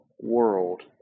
world